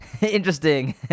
interesting